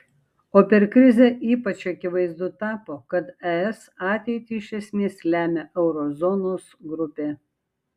o per krizę ypač akivaizdu tapo kad es ateitį iš esmės lemia euro zonos grupė